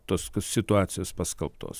tos situacijos paskelbtos